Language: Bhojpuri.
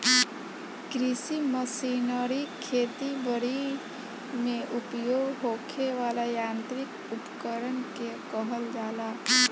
कृषि मशीनरी खेती बरी में उपयोग होखे वाला यांत्रिक उपकरण के कहल जाला